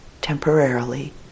temporarily